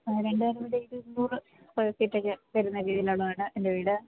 രണ്ടുനില വീട് ഒരു നൂറ് സ്ക്വർ ഫീറ്റൊക്കെ വീതി ഉള്ളതാണ് എൻ്റെ വീട്